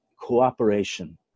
cooperation